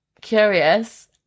curious